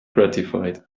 gratified